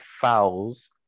fouls